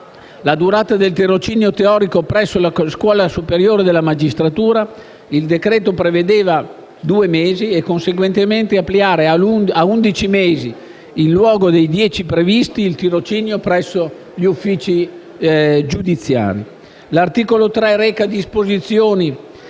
la durata del tirocinio teorico presso la Scuola superiore della magistratura (il decreto-legge prevedeva due mesi) e conseguentemente ampliare a undici mesi (in luogo dei previsti dieci) il tirocinio presso gli uffici giudiziari. L'articolo 3 reca disposizioni